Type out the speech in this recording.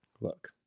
Look